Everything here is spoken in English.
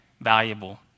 valuable